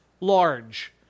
large